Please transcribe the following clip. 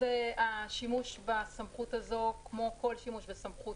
זה השימוש בסמכות הזאת כמו כל שימוש בסמכות